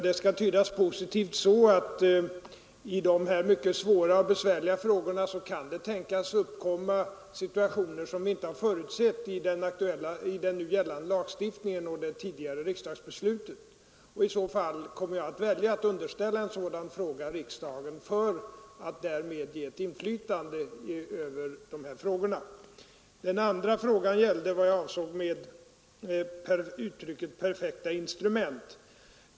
Det skall tydas positivt så, att i de här mycket svåra och besvärliga frågorna kan det tänkas uppkomma situationer som vi inte har förutsett i den nu gällande lagen och vid det tidigare riksdagsbeslutet. I så fall kommer jag att välja att underställa riksdagen en sådan fråga för att därmed ge den ett inflytande på det här området. Den andra frågan gällde vad jag avsåg med uttrycket ”perfekta instrument”.